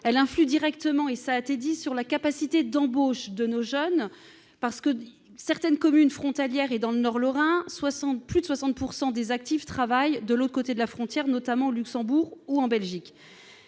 influe directement, cela a été dit, sur la capacité d'embauche de nos jeunes. Dans certaines communes frontalières, plus de 60 % des actifs travaillent de l'autre côté de la frontière, notamment au Luxembourg ou en Belgique.